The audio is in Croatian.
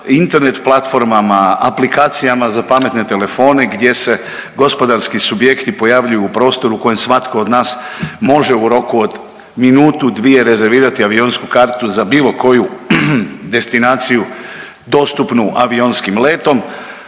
Internet platformama, aplikacijama za pametne telefone gdje se gospodarski subjekti pojavljuju u prostoru u kojem svatko od nas može u roku od minutu, dvije rezervirati avionsku kartu za bilo koju destinaciju dostupnu avionskim letom.